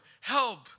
help